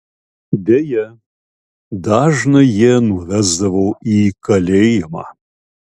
deja dažną jie nuvesdavo į kalėjimą